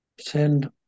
send